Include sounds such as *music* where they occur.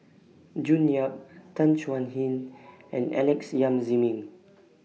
June Yap Tan Chuan Jin *noise* and Alex Yam Ziming